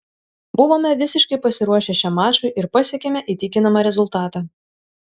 buvome visiškai pasiruošę šiam mačui ir pasiekėme įtikinamą rezultatą